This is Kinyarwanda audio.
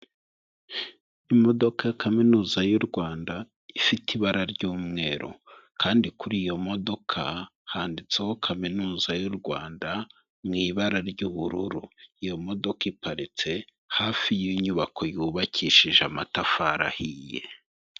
Imodoka ya Kaminuza y'u Rwanda ifite ibara ry'umweru kandi kuri iyo modoka handitseho Kaminuza y'u Rwanda mu ibara ry'ubururu, iyo modoka iparitse hafi y'inyubako yubakishije amatafari ahiye.